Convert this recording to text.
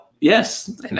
Yes